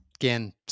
again